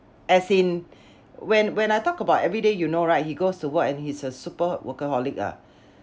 as in when when I talk about every day you know right he goes to work and he's a super workaholic ah